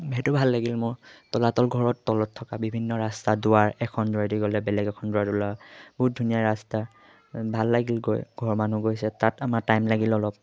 সেইটো ভাল লাগিল মোৰ তলাতল ঘৰত তলত থকা বিভিন্ন ৰাস্তা দুৱাৰ এখন দুৱাৰেদি গ'লে বেলেগ এখন দুৱাৰত ওলোৱা বহুত ধুনীয়া ৰাস্তা ভাল লাগিল গৈ ঘৰৰ মানুহ গৈছে তাত আমাৰ টাইম লাগিল অলপ